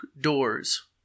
doors